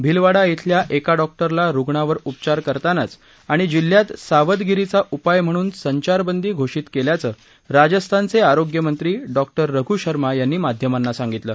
भिलवाडा श्विल्या एका डॉक्टरला रुग्णावर उपचार करतानाच आणि जिल्ह्यात सावधगिरीचा उपाय म्हणून संचारबंदी घोषित केल्याचं राजस्थानचे आरोग्यमंत्री डॉक्टर रघु शर्मा यांनी माध्यमांना सांगितलं